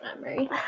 memory